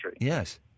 Yes